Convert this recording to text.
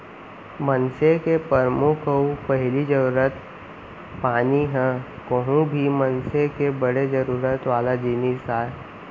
मनसे के परमुख अउ पहिली जरूरत पानी ह कोहूं भी मनसे के बड़े जरूरत वाला जिनिस आय